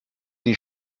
die